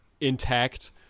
intact